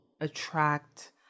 attract